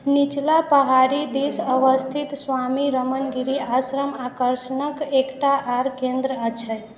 निचला पहाड़ी दिश अवस्थित स्वामी रमनगिरी आश्रम आकर्षणक एकटा आर केन्द्र अछि